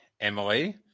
Emily